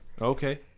Okay